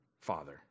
Father